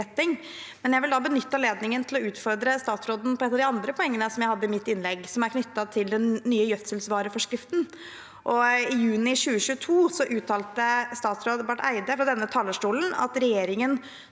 Jeg vil da benytte anledningen til å utfordre statsråden på et av de andre poengene som jeg hadde i mitt innlegg, som er knyttet til den nye gjødselvareforskriften. I juni 2022 uttalte statsråd Barth Eide på denne talerstolen at regjeringen